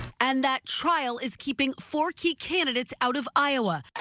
and that trial is keeping forty candidates out of iowa.